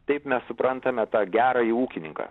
taip mes suprantame tą gerąjį ūkininką